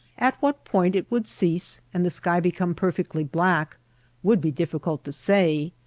at what point it would cease and the sky become perfectly black would be difficult to say,